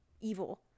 evil